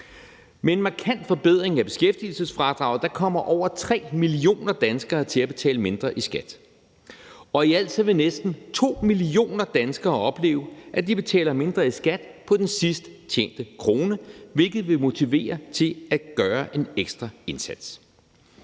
Med en markant forbedring af beskæftigelsesfradraget kommer over 3 millioner danskere til at betale mindre i skat, og i alt vil næsten 2 millioner danskere opleve, at de betaler mindre i skat på den sidst tjente krone, hvilket vil motivere til at gøre en ekstra indsats.